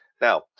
now